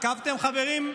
עקבתם, חברים?